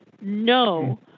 No